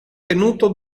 tenuto